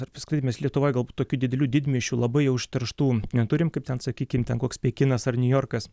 ar paskui mes lietuvoj galbūt tokių didelių didmiesčių labai jau užterštų neturim kaip ten sakykim ten koks pekinas ar niujorkas